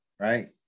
right